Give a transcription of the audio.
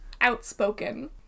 Outspoken